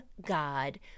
God